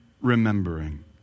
remembering